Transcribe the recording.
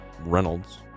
Reynolds